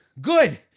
Good